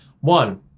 One